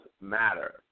matter